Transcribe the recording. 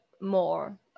more